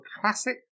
classic